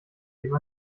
leben